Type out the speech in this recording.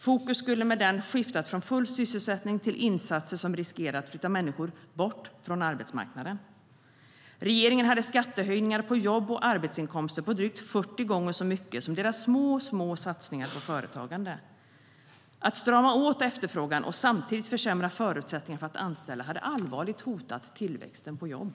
Fokus skulle med den inriktningen ha skiftat från full sysselsättning till insatser som riskerar att flytta människor bort från arbetsmarknaden. Regeringen hade skattehöjningar på jobb och arbetsinkomster med drygt 40 gånger så mycket som deras små, små satsningar på företagande. Att strama åt efterfrågan och samtidigt försämra förutsättningarna för att anställa hade allvarligt hotat tillväxten på jobb.